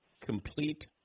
complete